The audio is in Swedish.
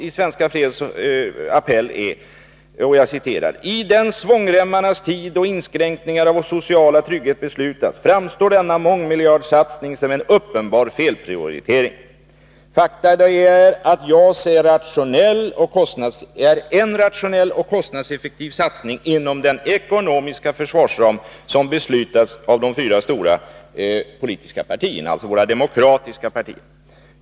”I den svångremmarnas tid, då inskränkningar av vår sociala trygghet beslutas, framstår denna mångmiljardsatsning som en uppenbar felprioritering.” Fakta är att JAS är en rationell och kostnadseffektiv satsning inom den ekonomiska försvarsram som har beslutats av de fyra stora politiska partierna, alltså våra demokratiska partier.